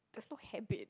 there's no habit